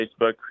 Facebook